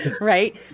Right